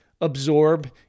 absorb